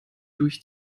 durch